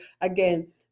again